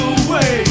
away